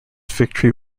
victory